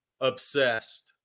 obsessed